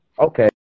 Okay